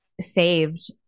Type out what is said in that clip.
saved